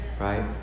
Right